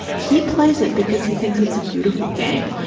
he plays it because he thinks it's a beautiful game,